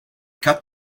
cut